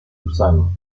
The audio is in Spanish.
usado